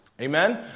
Amen